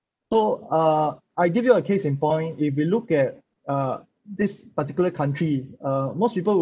so uh I give you a case in point if you look at uh this particular country uh most people